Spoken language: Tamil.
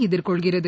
எதிர்கொள்கிறது